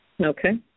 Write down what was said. Okay